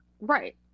right